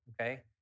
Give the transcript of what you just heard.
Okay